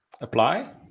Apply